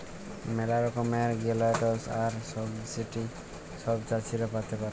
ম্যালা রকমের গ্র্যালটস আর সাবসিডি ছব চাষীরা পাতে পারে